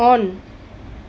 on